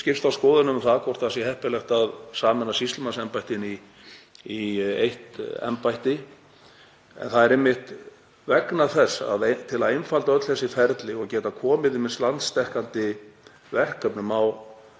skipst á skoðunum um það hvort heppilegt sé að sameina sýslumannsembættin í eitt embætti. Það er einmitt vegna þess að til að einfalda öll þessi ferli og geta komið ýmsum landsdekkandi verkefnum á þessa